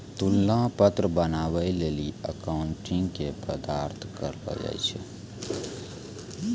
तुलना पत्र बनाबै लेली अकाउंटिंग के पढ़ाई करलो जाय छै